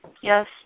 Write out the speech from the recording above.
Yes